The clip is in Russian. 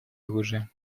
оружия